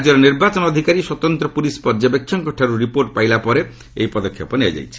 ରାଜ୍ୟର ନିର୍ବାଚନ ଅଧିକାରୀ ଓ ସ୍ୱତନ୍ତ୍ର ପୁଲିସ୍ ପର୍ଯ୍ୟବେକ୍ଷକଙ୍କଠାରୁ ରିପୋର୍ଟ ପାଇଲା ପରେ ଏହି ପଦକ୍ଷେପ ନିଆଯାଇଛି